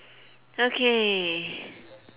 okay